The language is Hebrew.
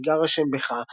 ויגער ה' בך,